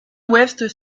ouest